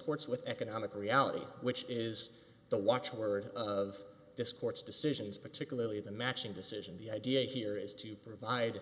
ports with economic reality which is the watchword of this court's decisions particularly the matching decision the idea here is to provide